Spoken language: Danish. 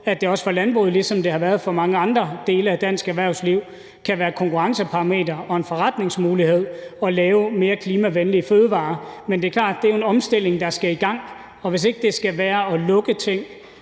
at det også for landbruget, ligesom det har været for mange andre dele af dansk erhvervsliv, kan være et konkurrenceparameter og en forretningsmulighed at lave mere klimavenlige fødevarer. Men det er klart, at det er en omstilling, der skal i gang, og hvis ikke det skal være at lukke ting